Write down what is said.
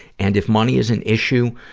and if money is an issue,